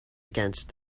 against